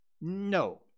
No